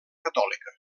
catòlica